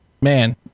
man